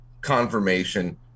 confirmation